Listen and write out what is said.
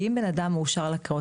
כי אם בנאדם מאושר לקריות,